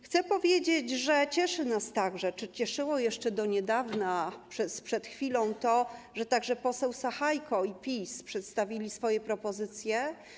Chcę powiedzieć, że cieszy nas także, czy cieszyło jeszcze do niedawna przed chwilą to, że także poseł Sachajko i PiS przedstawili swoje propozycje.